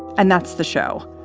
and that's the show.